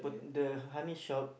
but the honey shop